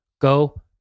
go